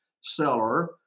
seller